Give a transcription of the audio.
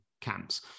camps